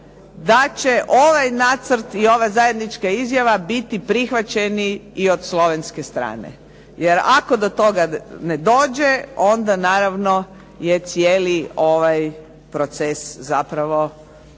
da će ovaj nacrt i ova zajednička izjava biti prihvaćeni i od slovenske strane jer ako do toga ne dođe, onda naravno je cijeli ovaj proces zapravo